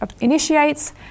initiates